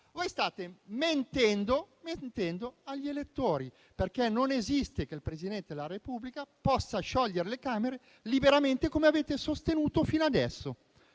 State mentendo agli elettori, perché non esiste che il Presidente della Repubblica possa sciogliere le Camere liberamente, come avete sostenuto fino ad